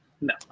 no